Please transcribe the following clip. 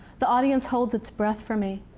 the audience holds its breath for me.